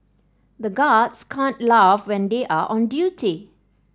the guards can't laugh when they are on duty